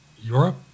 Europe